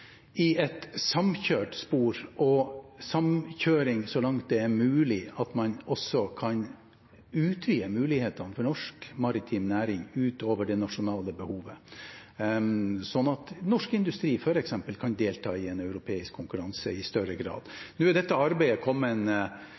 mulig, man også kan utvide mulighetene for norsk maritim næring utover det nasjonale behovet, sånn at norsk industri f.eks. kan delta i en europeisk konkurranse i større grad. Nå er dette arbeidet kommet